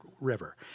river